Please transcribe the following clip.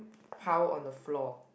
pile on the floor